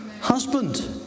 Husband